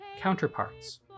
counterparts